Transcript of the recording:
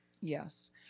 Yes